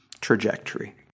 trajectory